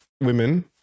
women